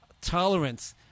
tolerance